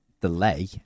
delay